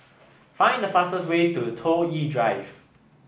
find the fastest way to Toh Yi Drive